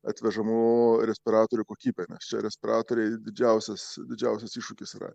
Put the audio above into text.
atvežamų respiratorių kokybę nes čia respiratoriai didžiausias didžiausias iššūkis yra